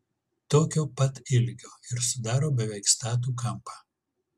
tokio pat ilgio ir sudaro beveik statų kampą